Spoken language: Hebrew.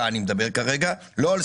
אגב, אני עדיין לא נכנסתי